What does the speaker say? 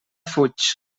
fuig